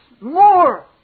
more